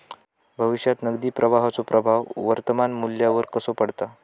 भविष्यात नगदी प्रवाहाचो प्रभाव वर्तमान मुल्यावर कसो पडता?